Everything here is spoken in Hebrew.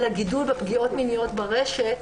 על הגידול בפגיעות מיניות ברשת.